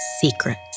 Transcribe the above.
Secrets